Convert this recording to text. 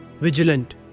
vigilant